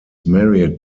married